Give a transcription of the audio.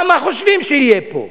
מה, מה חושבים שיהיה פה?